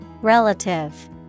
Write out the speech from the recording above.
Relative